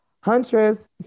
Huntress